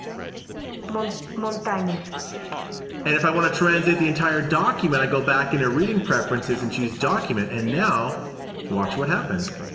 but um um um if and if i want to translate the entire document, i go back in a reading preferences and choose document, and now watch what happens.